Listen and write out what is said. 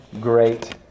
great